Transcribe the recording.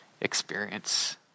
experience